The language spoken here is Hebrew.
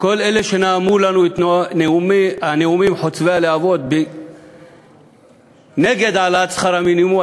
כל אלה שנאמו לנו את הנאומים חוצבי הלהבות נגד העלאת שכר המינימום,